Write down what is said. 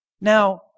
Now